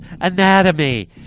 anatomy